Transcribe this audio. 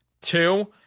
Two